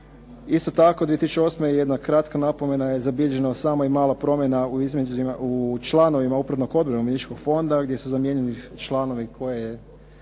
Isto tako 2008. jedna kratka napomena je zabilježena, a samo i mala promjena u članovima Upravnog odbora Umirovljeničkog fonda gdje su zamijenili članove koje je